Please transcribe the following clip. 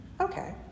Okay